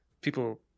people